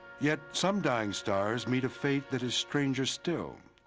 yet, some dying stars meet a fate that is stranger still.